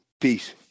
Peace